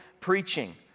preaching